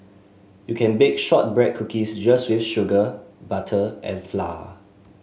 you can bake shortbread cookies just with sugar butter and flour